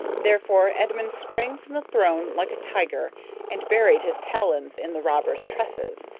therefore edmund sprang from the throne like a tiger and buried his talons in the robber's tresses.